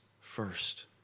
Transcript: first